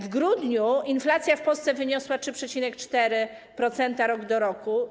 W grudniu inflacja w Polsce wyniosła 3,4% rok do roku.